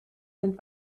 sind